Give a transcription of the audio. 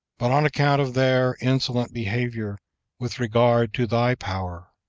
but on account of their insolent behavior with regard to thy power,